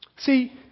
See